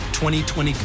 2020